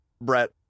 Brett